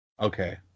Okay